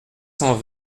cent